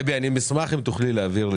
דבי, אני אשמח אם תוכלי להעביר לי.